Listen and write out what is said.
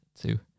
Two